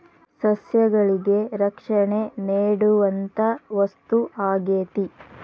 ಸಸ್ಯಗಳಿಗೆ ರಕ್ಷಣೆ ನೇಡುವಂತಾ ವಸ್ತು ಆಗೇತಿ